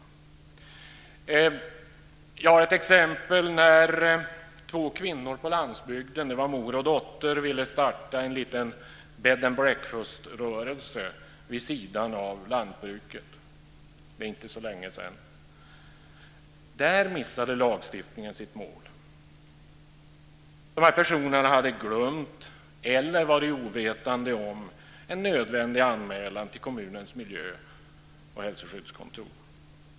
Jag kan ta ett exempel från landsbygden. En mor och hennes dotter ville för inte så länge sedan starta en liten bed and breakfast-rörelse vid sidan av sitt lantbruk. Där missade lagstiftningen sitt mål. De här personerna hade glömt eller varit ovetande om en nödvändig anmälan till kommunens miljö och hälsoskyddskontor.